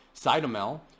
Cytomel